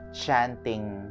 chanting